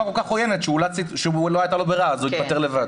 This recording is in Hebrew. כל כך עוינת שלא הייתה לו ברירה אז הוא התפטר לבד.